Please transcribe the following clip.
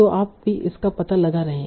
तो आप भी इसका पता लगा रहे हैं